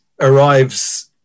arrives